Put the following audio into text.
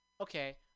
Okay